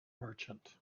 merchant